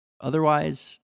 Otherwise